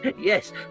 Yes